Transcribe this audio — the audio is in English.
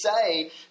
say